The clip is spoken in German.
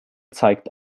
zeigt